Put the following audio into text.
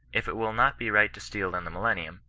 if it will not be right to steal in the millennium,